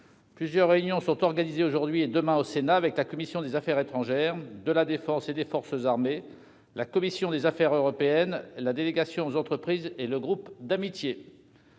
Plusieurs réunions sont organisées aujourd'hui et demain au Sénat avec la commission des affaires étrangères, de la défense et des forces armées, la commission des affaires européennes, la délégation aux entreprises et le groupe d'amitié.